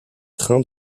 trains